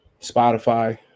spotify